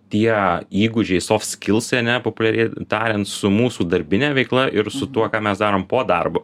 tie įgūdžiai sofskilsai ane populiariai tariant su mūsų darbine veikla ir su tuo ką mes darom po darbo